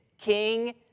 king